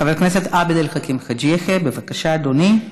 חבר הכנסת עבד אל חכים חאג' יחיא, בבקשה, אדוני.